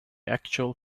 actual